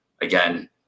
again